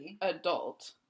adult